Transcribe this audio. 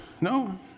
No